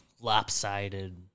lopsided